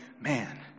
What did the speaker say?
man